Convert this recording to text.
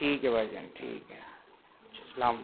ٹھیک ہے بھائی جان ٹھیک ہے اچھا سلام علیکم